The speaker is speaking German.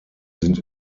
sind